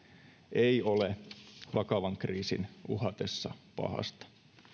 ei ole vakavan kriisin uhatessa pahasta